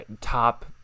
top